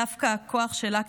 דווקא הכוח שלה,